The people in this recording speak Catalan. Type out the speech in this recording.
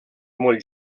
molt